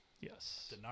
Yes